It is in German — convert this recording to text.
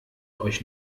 euch